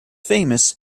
famous